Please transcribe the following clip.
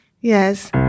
Yes